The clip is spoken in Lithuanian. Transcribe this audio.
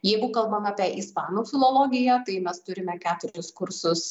jeigu kalbame apie ispanų filologiją tai mes turime keturis kursus